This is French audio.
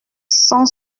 cent